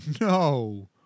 no